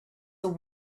are